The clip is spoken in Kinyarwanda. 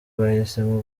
bahisemo